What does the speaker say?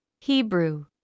Hebrew